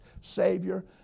Savior